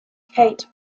kate